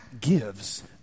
gives